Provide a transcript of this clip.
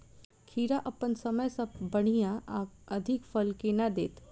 खीरा अप्पन समय सँ बढ़िया आ अधिक फल केना देत?